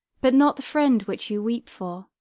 but not the friend which you weep for.